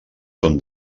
són